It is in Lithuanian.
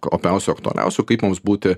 opiausių aktualiausių kaip mums būti